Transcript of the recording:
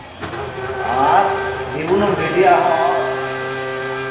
ᱟᱨ ᱡᱮᱠᱳᱱᱳ ᱢᱤᱰᱤᱭᱟ ᱟᱜ ᱦᱚᱸ